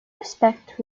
respect